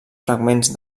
fragments